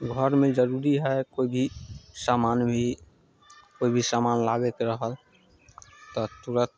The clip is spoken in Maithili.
घरमे जरूरी हइ कोइ भी सामान भी कोइ भी सामान लागयके रहल तऽ तुरत